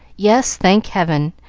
yes, thank heaven!